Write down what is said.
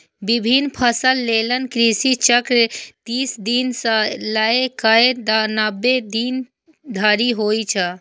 विभिन्न फसल लेल कृषि चक्र तीस दिन सं लए कए नब्बे दिन धरि होइ छै